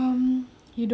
so dia